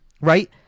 Right